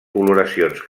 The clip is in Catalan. coloracions